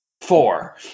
four